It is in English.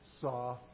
saw